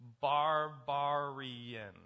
barbarian